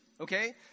Okay